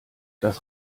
das